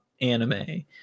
anime